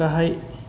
गाहाय